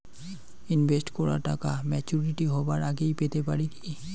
Invest করা টাকা maturity হবার আগেই পেতে পারি কি?